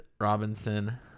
Robinson